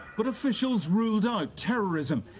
but officials ruled out terrorism,